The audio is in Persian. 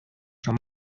شما